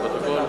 לפרוטוקול.